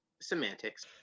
semantics